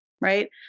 Right